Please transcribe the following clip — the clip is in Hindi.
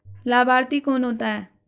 लाभार्थी कौन होता है?